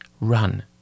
run